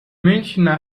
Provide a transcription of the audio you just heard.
münchner